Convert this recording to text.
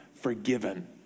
forgiven